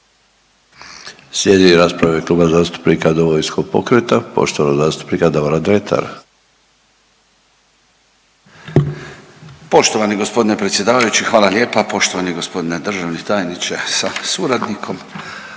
Slijedi rasprava u ime Kluba zastupnika Domovinskog pokreta poštovanog zastupnika Davora Dretara. **Dretar, Davor (DP)** Poštovani g. predsjedavajući hvala lijepa, poštovani g. državni tajniče sa suradnikom,